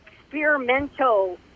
experimental